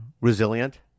Resilient